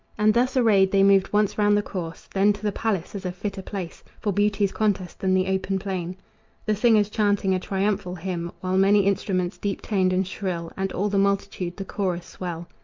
and thus arrayed they moved once round the course, then to the palace, as a fitter place for beauty's contest than the open plain the singers chanting a triumphal hymn, while many instruments, deep toned and shrill, and all the multitude, the chorus swell.